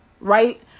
Right